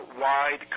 wide